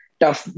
tough